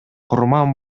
курман